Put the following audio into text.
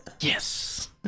Yes